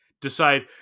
decide